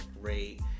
great